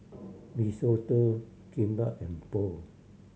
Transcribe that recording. Risotto Kimbap and Pho